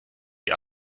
die